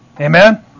Amen